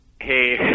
Hey